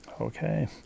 Okay